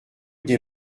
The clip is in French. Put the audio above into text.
des